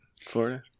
florida